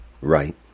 right